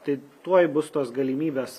tai tuoj bus tos galimybės